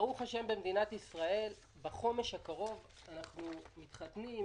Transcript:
ברוך השם במדינת ישראל בחומש הקרוב אנחנו מתחתנים,